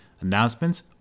announcements